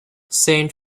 saint